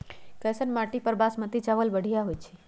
कैसन माटी पर बासमती चावल बढ़िया होई छई?